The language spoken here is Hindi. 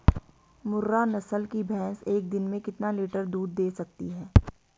मुर्रा नस्ल की भैंस एक दिन में कितना लीटर दूध दें सकती है?